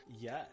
Yes